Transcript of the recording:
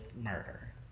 murder